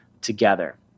together